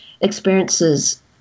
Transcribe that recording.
experiences